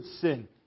sin